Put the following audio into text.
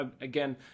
Again